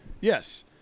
Yes